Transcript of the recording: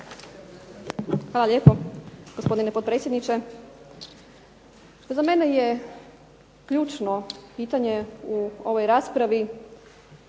Hvala lijepo gospodine potpredsjedniče. Za mene je ključno pitanje u ovoj raspravi